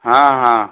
ହଁ ହଁ